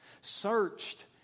searched